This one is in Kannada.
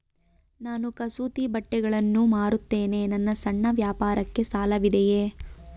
ನಾನು ಕಸೂತಿ ಬಟ್ಟೆಗಳನ್ನು ಮಾರುತ್ತೇನೆ ನನ್ನ ಸಣ್ಣ ವ್ಯಾಪಾರಕ್ಕೆ ಸಾಲವಿದೆಯೇ?